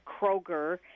Kroger